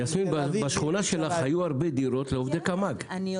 יסמין, בשכונה שלך היו הרבה דירות לעובדי קמ"ג.